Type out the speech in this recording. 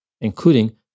including